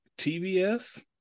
TBS